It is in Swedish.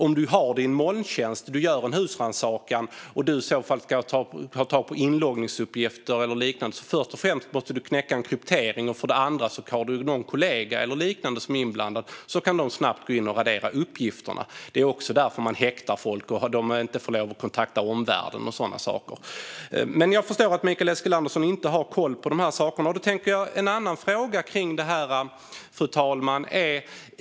Om det är i en molntjänst och man gör en husrannsakan och ska ha tag i inloggningsuppgifter eller liknande måste man först knäcka en kryptering, och om den misstänkte har en kollega eller liknande som är inblandad kan den snabbt gå in och radera uppgifter. Det är därför man häktar folk och de inte får lov att kontakta omvärlden och sådana saker. Men jag förstår att Mikael Eskilandersson inte har koll på de här sakerna. Jag har en annan fråga, fru talman.